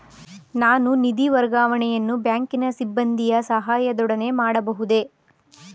ನಾನು ನಿಧಿ ವರ್ಗಾವಣೆಯನ್ನು ಬ್ಯಾಂಕಿನ ಸಿಬ್ಬಂದಿಯ ಸಹಾಯದೊಡನೆ ಮಾಡಬಹುದೇ?